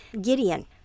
gideon